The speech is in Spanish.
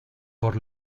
por